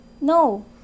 No